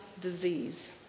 disease